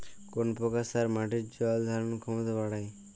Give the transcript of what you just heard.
কোন প্রকার সার মাটির জল ধারণ ক্ষমতা বাড়ায়?